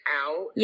out